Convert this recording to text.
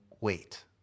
wait